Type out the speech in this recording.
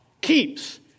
keeps